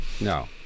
No